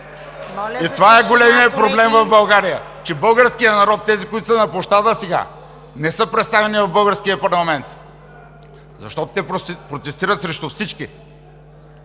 Това е големият проблем в България – че българският народ, тези, които са на площада сега, не са представени в българския парламент! Защото те протестират срещу всички!